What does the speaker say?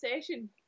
session